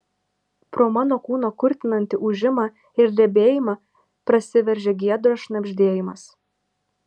pro mano kūno kurtinantį ūžimą ir drebėjimą prasiveržia giedros šnabždėjimas